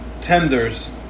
tenders